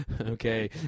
okay